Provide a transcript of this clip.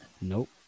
Nope